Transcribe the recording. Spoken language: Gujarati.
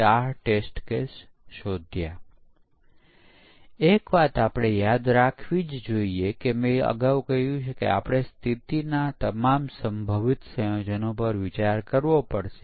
હવે ટેસ્ટ કેસ ડિઝાઇન પરીક્ષણ કવરેજ વિશ્લેષણ વગેરે જોવા પહેલાં આપણે પરીક્ષણના થોડા વધુ મૂળભૂત ખ્યાલો જોઇએ